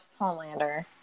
Homelander